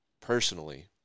personally